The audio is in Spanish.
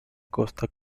costa